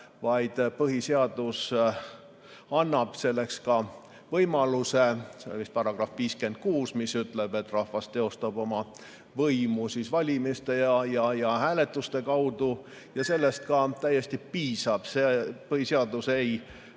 vaid põhiseadus annab selleks ka võimaluse. See on vist § 56, mis ütleb, et rahvas teostab oma võimu valimiste ja hääletuste kaudu. Sellest täiesti piisab. Põhiseadus ei